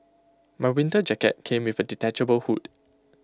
my winter jacket came with A detachable hood